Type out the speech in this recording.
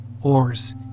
Oars